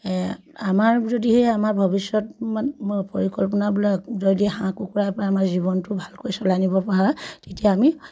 আমাৰ যদিহে আমাৰ ভৱিষ্যত পৰিকল্পনা বোলে যদি হাঁহ কুকুৰা আমাৰ জীৱনটো ভালকৈ চলাই নিব পৰা হয় তেতিয়া আমি